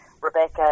Rebecca